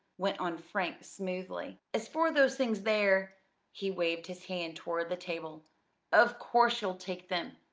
went on frank smoothly. as for those things there he waved his hand toward the table of course you'll take them.